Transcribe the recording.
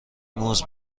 موز